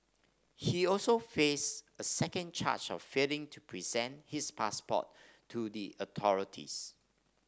he also face a second charge of failing to present his passport to the authorities